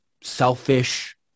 selfish